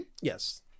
Yes